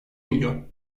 milyon